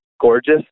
Gorgeous